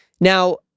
Now